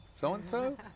so-and-so